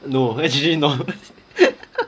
no actually not